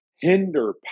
hinder